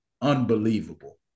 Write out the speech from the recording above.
Unbelievable